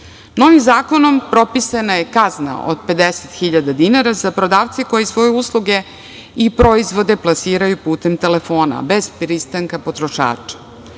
zakonom propisana je kazna od 50.000 dinara za prodavce koji svoje usluge i proizvode plasiraju putem telefona, bez pristanka potrošača.